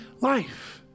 life